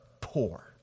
poor